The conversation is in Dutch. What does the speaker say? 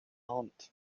hand